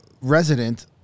resident